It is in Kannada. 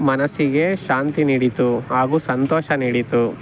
ಮನಸ್ಸಿಗೆ ಶಾಂತಿ ನೀಡಿತು ಹಾಗೂ ಸಂತೋಷ ನೀಡಿತು